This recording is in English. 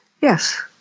yes